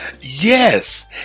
Yes